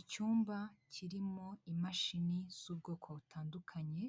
Icyumba kirimo imashini z'ubwoko butandukanye